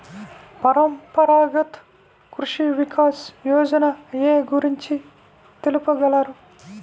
పరంపరాగత్ కృషి వికాస్ యోజన ఏ గురించి తెలుపగలరు?